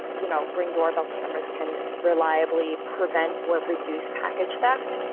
you know. ring doorbell cameras can reliably prevent or reduce package theft.